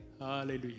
Hallelujah